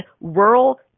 rural